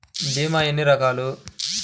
భీమ ఎన్ని రకాలు?